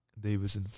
Davis